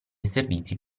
servizi